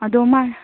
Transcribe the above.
ꯑꯗꯣ ꯃꯥ